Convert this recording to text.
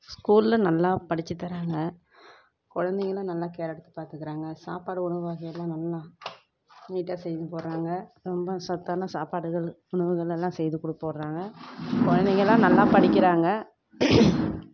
ஸ்கூலில் நல்லா படித்துத் தராங்க குழந்தைங்களும் நல்லா கேர் எடுத்துப் பார்த்துக்கறாங்க சாப்பாடு உணவு வகைகள்லாம் நல்லா நீட்டாக செஞ்சு போடுறாங்க ரொம்ப சத்தான சாப்பாடுகள் உணவுகளெல்லாம் செய்து குடுப் போடுறாங்க குழந்தைகள்லாம் நல்லா படிக்கிறாங்க